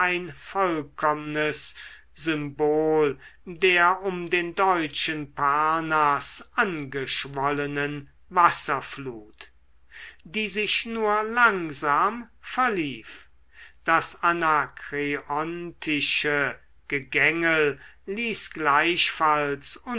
symbol der um den deutschen parnaß angeschwollenen wasserflut die sich nur langsam verlief das anakreontische gegängel ließ gleichfalls